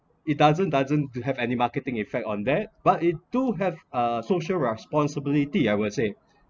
it doesn't doesn't have any marketing effect on that but it do have uh social responsibility I will say